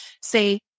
say